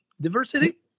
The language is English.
diversity